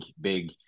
big